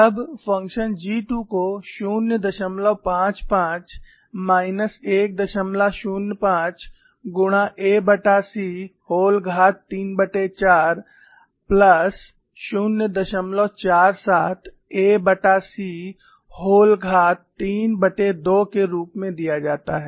तब function G2 को 055 minus 105 गुणा ac व्होल घात 34 प्लस 047 ac व्होल घात 32 के रूप में दिया जाता है